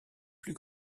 plus